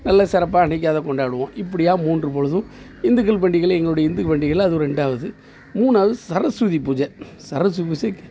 நல்ல சிறப்பா அன்னைக்கு அதை கொண்டாடுவோம் இப்படியா மூன்று பொழுதும் இந்துக்கள் பண்டிகையில் எங்களோட இந்து பண்டிகையில் அது ரெண்டாவது மூணாவது சரஸ்வதி பூஜை சரஸ்வதி பூஜை